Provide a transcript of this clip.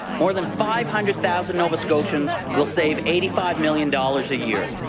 more than five hundred thousand nova scotians will save eighty five million dollars a year.